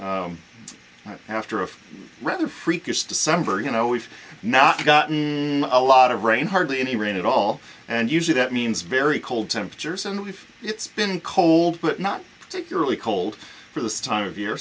now after a rather freakish december you know we've not gotten a lot of rain hardly any rain at all and usually that means very cold temperatures and we've it's been cold but not particularly cold for this time of y